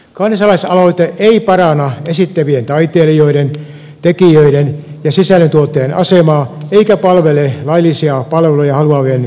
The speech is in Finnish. kansalaisaloite ei paranna esittävien taiteilijoiden tekijöiden ja sisällöntuottajien asemaa eikä palvele laillisia palveluja haluavien kuluttajien etua